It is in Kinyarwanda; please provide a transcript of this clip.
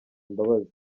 imbabazi